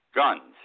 guns